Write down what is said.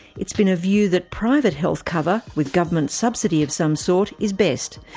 it's been a view that private health cover with government subsidy of some sort is best,